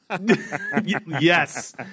Yes